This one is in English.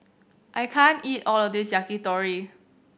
I can't eat all of this Yakitori